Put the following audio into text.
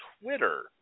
Twitter